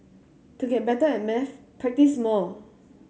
to get better at maths practise more